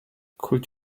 could